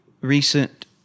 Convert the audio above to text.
recent